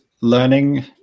learning